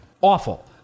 awful